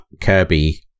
Kirby